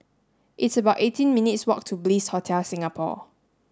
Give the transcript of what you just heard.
it's about eighteen minutes' walk to Bliss Hotel Singapore